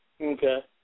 Okay